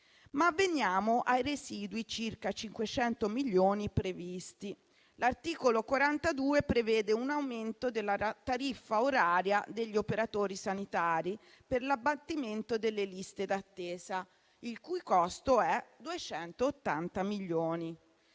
Ma veniamo ai residui, circa 500 milioni, previsti: l'articolo 42 prevede un aumento della tariffa oraria degli operatori sanitari per l'abbattimento delle liste d'attesa, il cui costo è 280 milioni.